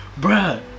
bruh